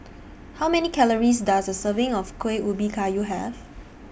How Many Calories Does A Serving of Kuih Ubi Kayu Have